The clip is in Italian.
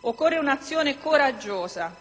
Occorre un'azione veramente